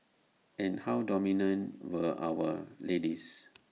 and how dominant were our ladies